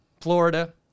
Florida